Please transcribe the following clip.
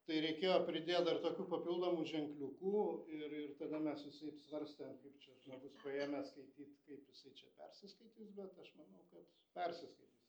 tai reikėjo pridėt dar tokių papildomų ženkliukų ir ir tada mes visaip svarstėm kaip čia žmogus paėmęs skaityt kaip jisai čia persiskaitys bet aš manau kad persiskaitys